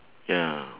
ya